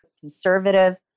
conservative